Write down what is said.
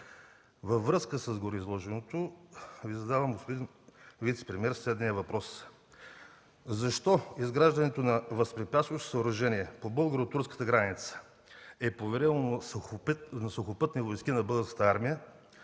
във връзка с гореизложеното Ви задавам следния въпрос: защо изграждането на възпрепятстващо съоръжение по българо-турската граница е поверено на Сухопътни войски на Българската армия,